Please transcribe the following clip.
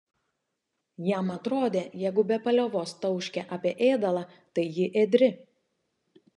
jam atrodė jeigu be paliovos tauškia apie ėdalą tai ji ėdri